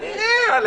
ננעלה